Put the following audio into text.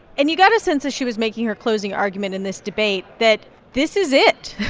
and you got a sense as she was making her closing argument in this debate that this is it.